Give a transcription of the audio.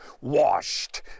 washed